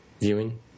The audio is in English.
viewing